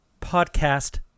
podcast